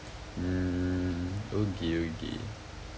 mm okay okay